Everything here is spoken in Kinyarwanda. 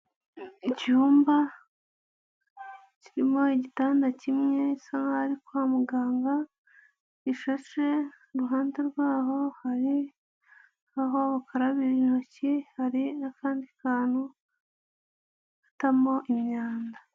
Icyumba kirimo igitanda kimwe bisa nkaho ari kwa muganga gishashe, iruhande rwaho hari aho bakarabira intoki, hari n'akandi kantu batamo imyanda.